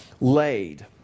laid